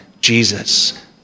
Jesus